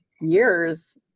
years